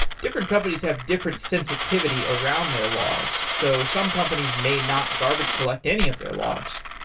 different companies have different sensitivity around their logs, so some companies may not garbage collect any of their logs.